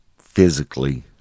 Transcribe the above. physically